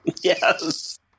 Yes